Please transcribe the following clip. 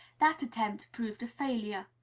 that attempt proved a failure.